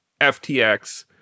FTX